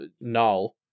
Null